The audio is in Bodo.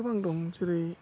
गोबां दं जेरै